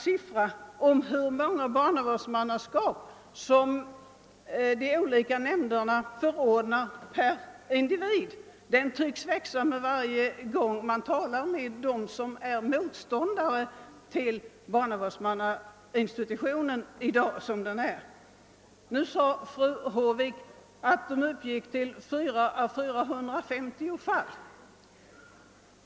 Siffran för hur många barnavårdsmannaskap som de olika nämnderna förordnar per barnavårdsman tycks växa för varje gång som de som är motståndare till barnavårdsmannainstitutionen, sådan den i dag är utformad, tar till orda. Fru Håvik sade att antalet låg mellan 400 och 450 fall.